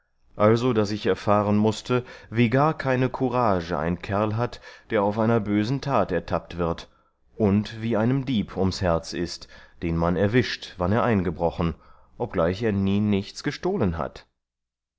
also daß ich erfahren mußte wie gar keine courage ein kerl hat der auf einer bösen tat ertappt wird und wie einem dieb ums herz ist den man erwischt wann er eingebrochen obgleich er nie nichts gestohlen hat